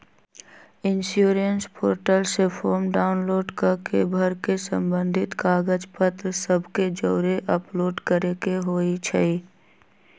insurance portal से form download कऽ के भर के संबंधित कागज पत्र सभ के जौरे अपलोड करेके होइ छइ